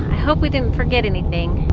hope we didn't forget anything.